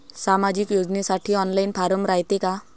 सामाजिक योजनेसाठी online form रायते का?